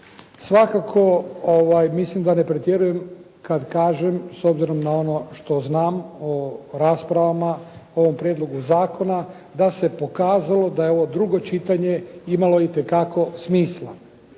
Svakako mislim da ne pretjerujem kad kažem s obzirom na ono što znam o raspravama o ovom prijedlogu zakona da se pokazalo da je ovo drugo čitanje imalo itekako smisla,